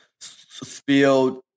spilled